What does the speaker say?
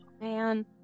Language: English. Man